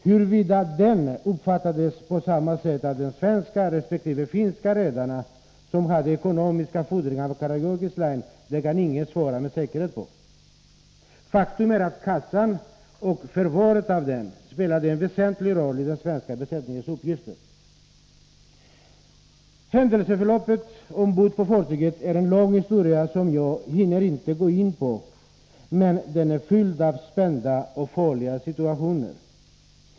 Huruvida detta förvar uppfattades på samma sätt av de svenska resp. finska redarna, som hade ekonomiska fordringar på Karageorgis Line, kan ingen svara på med säkerhet. Faktum är att kassan och förvaret av den spelade en väsentlig roll i den svenska besättningens uppgifter. Händelseförloppet ombord på fartyget är en lång historia, som jag inte hinner gå in på, men jag kan säga att det var fyllt av spända och farliga situationer.